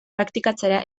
praktikatzera